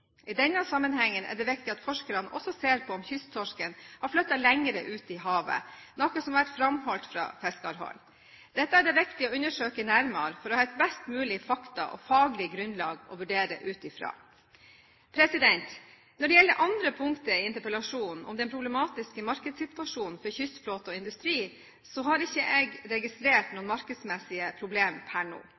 I denne sammenhengen er det viktig at forskerne også ser på om kysttorsken har flyttet lenger ut i havet, noe som har vært framholdt fra fiskerhold. Dette er det viktig å undersøke nærmere for å ha et best mulig faktagrunnlag og faglig grunnlag å vurdere ut ifra. Når det gjelder andre punktet i interpellasjonen, om den problematiske markedssituasjonen for kystflåte og industri, har jeg ikke registrert noen markedsmessige problem per nå.